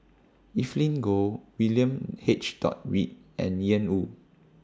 Evelyn Goh William H Dot Read and Ian Woo